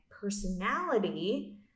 personality